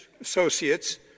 associates